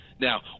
Now